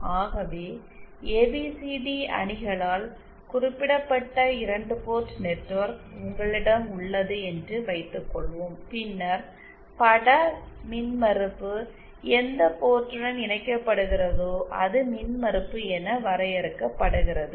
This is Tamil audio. ஆகவே ஏபிசிடி அணிகளால் குறிப்பிடப்பட்ட இரண்டு போர்ட் நெட்வொர்க் உங்களிடம் உள்ளது என்று வைத்துக்கொள்வோம் பின்னர் பட மின்மறுப்பு எந்த போர்ட்டுடன் இணைக்கப்படுகிறதோ அது மின்மறுப்பு என வரையறுக்கப்படுகிறது